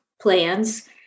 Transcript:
plans